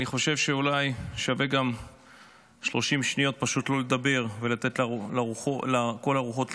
אני חושב שאולי שווה גם 30 שניות פשוט לא לדבר ולתת לכל הרוחות להירגע,